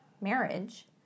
marriage